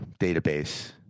database